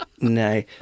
No